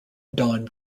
don